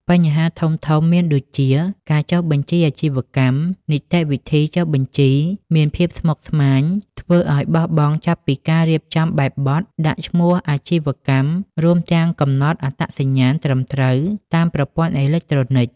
បញ្ហាធំៗមានដូចជាការចុះបញ្ជីអាជីវកម្ម នីតិវិធីចុះបញ្ជីមានភាពស្មុគស្មាញធ្វើឲ្យបោះបង់ចាប់ពីការរៀបចំបែបបទ ដាក់ឈ្មោះអាជីវកម្ម រួមទាំងកំណត់អត្តសញ្ញាណត្រឹមត្រូវតាមប្រព័ន្ធអេឡិចត្រូនិក។